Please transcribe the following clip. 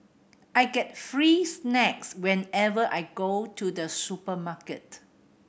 I get free snacks whenever I go to the supermarket